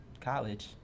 college